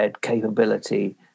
capability